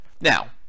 Now